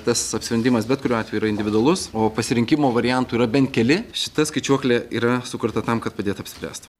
tas apsisprendimas bet kuriuo atveju yra individualus o pasirinkimo variantų yra bent keli šita skaičiuoklė yra sukurta tam kad padėt apsispręst